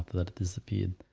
that it disappeared,